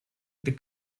the